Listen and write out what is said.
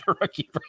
rookie